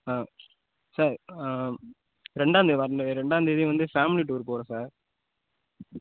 sir ரெண்டாந்தேதி வர்ற ரெண்டாந்தேதி வந்து ஃபேமிலி டூர் போகிறோம் சார்